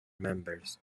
members